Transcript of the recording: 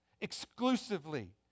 exclusively